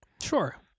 Sure